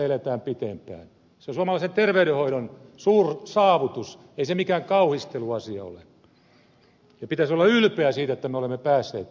se on suomalaisen terveydenhoidon suursavutus ei se mikään kauhistelun asia ole ja pitäisi olla ylpeä siitä että me olemme päässeet tähän